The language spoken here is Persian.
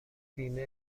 بیمه